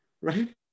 Right